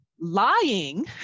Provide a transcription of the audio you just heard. lying